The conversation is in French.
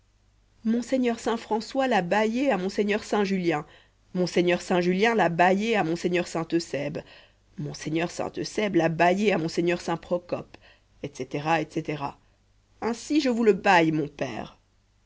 monseigneur saint françois l'a baillé à monseigneur saint julien monseigneur saint julien l'a baillé à monseigneur saint eusèbe monseigneur saint eusèbe l'a baillé à monseigneur saint procope etc etc ainsi je vous le baille mon père